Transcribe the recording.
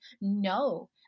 no